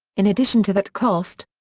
in addition to that cost,